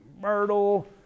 myrtle